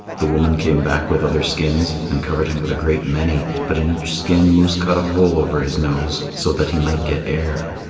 the woman came back with other skins, and covered him with a great many, but in each skin moose cut a hole over his nose so that he might get air.